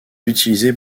utilisé